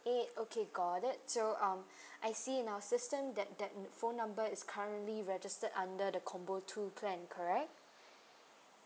eight okay got it so um I see in our system that that phone number is currently registered under the combo two plan correct